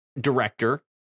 director